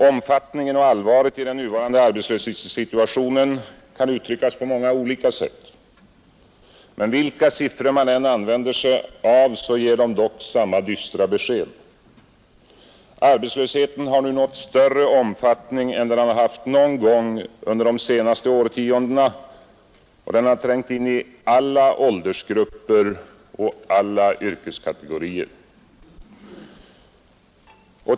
Omfattningen och allvaret i den nuvarande arbetslöshetssituationen kan uttryckas på många olika sätt. Vilka siffror man än använder sig av ger de dock samma dystra besked. Arbetslösheten har nu nätt större omfattning än den har haft någon gång under de senaste årtiondena och den har trängt in i alla åldersgrupper och yrkeskategorier.